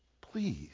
Please